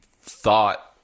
thought